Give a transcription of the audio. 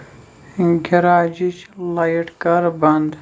گِراجِچ light کَر بنٛد